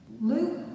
Luke